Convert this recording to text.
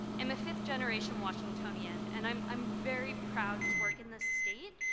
am a fifth-generation washingtonian. and i'm i'm very proud to work in this state.